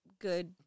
good